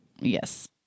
Yes